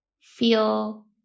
feel